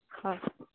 ᱦᱳᱭ